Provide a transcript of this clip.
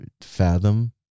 fathom